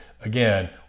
again